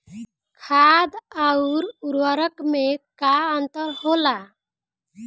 खाद्य आउर उर्वरक में का अंतर होला?